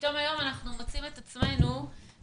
ופתאום היום אנחנו מוצאים את עצמנו במציאות